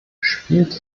spielt